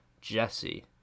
Jesse